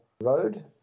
road